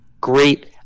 great